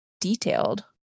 detailed